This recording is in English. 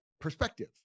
perspective